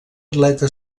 atleta